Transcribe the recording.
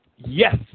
Yes